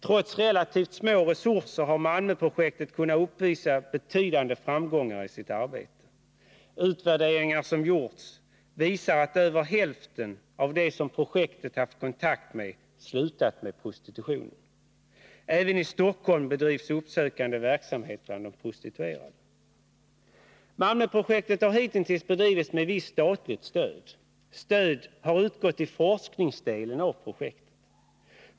Trots relativt små resurser har Malmöprojektet kunnat uppvisa betydande framgångar i sitt arbete. Utvärderingar som gjorts visar att över hälften av dem som projektet haft kontakt med har slutat med prostitutionen. Även i Stockholm bedrivs uppsökande verksamhet bland de prostituerade. Malmöprojektet har hitintills bedrivits med ett visst statligt stöd. Stöd har utgått till forskningsdelen av projektet.